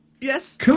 Yes